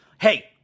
Hey